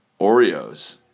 Oreos